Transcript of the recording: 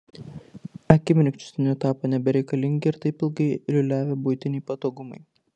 akimirksniu tapo nebereikalingi ir taip ilgai liūliavę buitiniai patogumai